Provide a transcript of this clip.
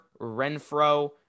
Renfro